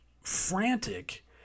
frantic